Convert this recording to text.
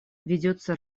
ведется